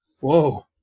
Whoa